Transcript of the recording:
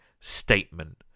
statement